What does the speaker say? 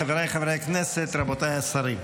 חבריי חברי הכנסת, רבותיי השרים,